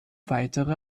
weitere